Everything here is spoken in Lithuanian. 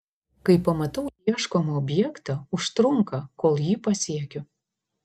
kai pamatau ieškomą objektą užtrunka kol jį pasiekiu